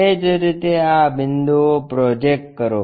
એ જ રીતે આ બિંદુઓ પ્રોજેક્ટ કરો